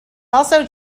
also